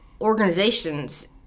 Organizations